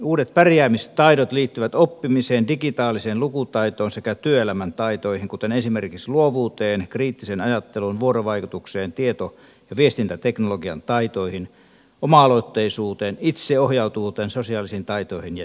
uudet pärjäämistaidot liittyvät oppimiseen digitaaliseen lukutaitoon sekä työelämän taitoihin kuten esimerkiksi luovuuteen kriittiseen ajatteluun vuorovaikutukseen tieto ja viestintäteknologian taitoihin oma aloitteisuuteen itseohjautuvuuteen sosiaalisiin taitoihin ja johtamiseen